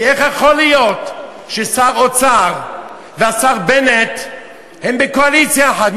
כי איך יכול להיות ששר האוצר והשר בנט הם בקואליציה אחת?